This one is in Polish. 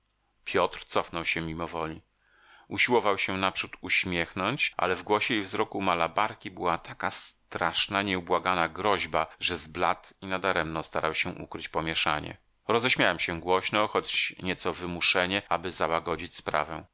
piotr cofnął się mimowoli usiłował się naprzód uśmiechnąć ale w głosie i wzroku malabarki była taka straszna nieubłagana groźba że zbladł i nadarmo starał się ukryć pomieszanie roześmiałem się głośno choć nieco wymuszenie aby załagodzić sprawę